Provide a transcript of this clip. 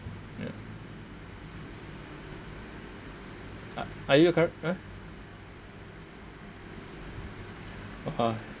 yup a~ are you a curr~ !huh!